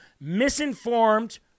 misinformed